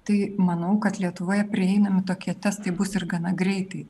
tai manau kad lietuvoje prieinami tokie testai bus ir gana greitai